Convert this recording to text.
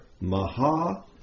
Maha